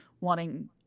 wanting